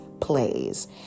Plays